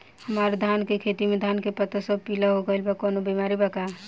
हमर धान के खेती में धान के पता सब पीला हो गेल बा कवनों बिमारी बा का?